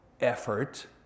effort